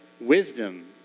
wisdom